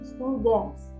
Students